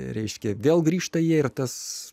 reiškia vėl grįžta jie ir tas